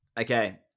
Okay